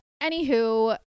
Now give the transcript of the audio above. Anywho